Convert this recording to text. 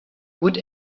would